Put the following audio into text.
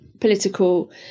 political